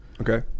Okay